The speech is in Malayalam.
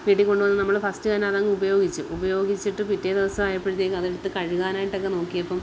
വീട്ടിൽ കൊണ്ടുവന്ന് നമ്മൾ ഫസ്റ്റ് തന്നെ അതങ്ങ് ഉപയോഗിച്ചു ഉപയോഗിച്ചിട്ട് പിറ്റേ ദിവസം ആയപ്പോഴത്തേക്ക് അതെടുത്ത് കഴുകാനായിട്ടൊക്കെ നോക്കിയപ്പം